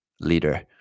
leader